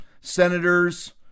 senators